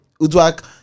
Uduak